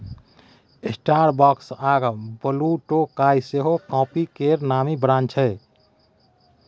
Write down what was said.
Starbucks आ ब्लुटोकाइ सेहो coffee केर नामी ब्रांड छै